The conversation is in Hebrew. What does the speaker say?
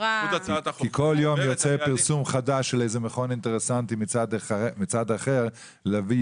כי כל יום יוצא פרסום חדש של איזה מכון אינטרסנטי מצד אחר להביא